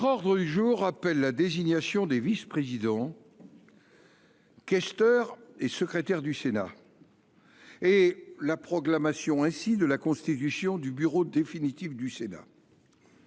L’ordre du jour appelle la désignation des vice-présidents, questeurs et secrétaires du Sénat et la proclamation de la constitution du bureau définitif.